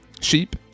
Sheep